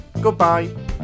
Goodbye